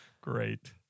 Great